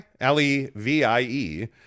L-E-V-I-E